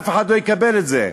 אף אחד לא יקבל את זה.